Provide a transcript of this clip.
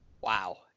Wow